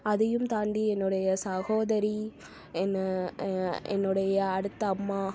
அதையும் தாண்டி என்னுடைய சகோதரி என்னு என்னுடைய அடுத்த அம்மா